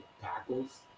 tackles